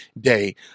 day